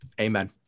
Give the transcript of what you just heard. amen